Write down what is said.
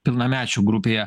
pilnamečių grupėje